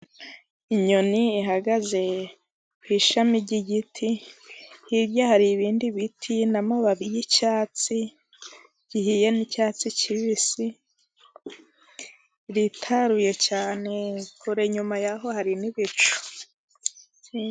Inyoni ihagaze ku ishami ry'igiti, hirya hari ibindi biti n'amababi y'icyatsi gihiye n'icyatsi kibisi, iritaruye cyane kure nyuma y'aho hari n'ibicu.